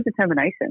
determination